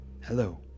Hello